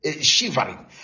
shivering